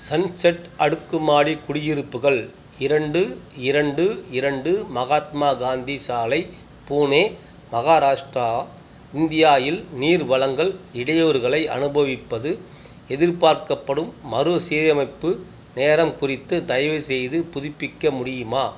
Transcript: sunset அடுக்குமாடி குடியிருப்புகள் இரண்டு இரண்டு இரண்டு மகாத்மா காந்தி சாலை பூனே மகாராஷ்ட்ரா இந்தியா இல் நீர் வழங்கல் இடையூறுகளை அனுபவிப்பது எதிர்பார்க்கப்படும் மறுசீரமைப்பு நேரம் குறித்து தயவுசெய்து புதுப்பிக்க முடியுமா